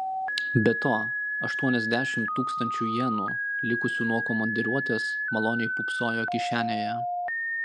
be to aštuoniasdešimt tūkstančių jenų likusių nuo komandiruotės maloniai pūpsojo kišenėje